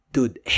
Dude